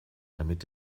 damit